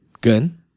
good